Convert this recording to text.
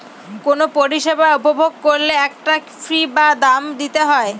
কোনো পরিষেবা উপভোগ করলে একটা ফী বা দাম দিতে হয়